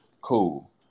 cool